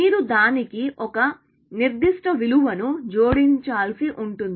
మీరు దానికి ఒక నిర్దిష్ట విలువను జోడించాల్సి ఉంటుంది